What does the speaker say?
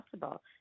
possible